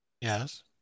yes